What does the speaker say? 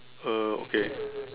uh okay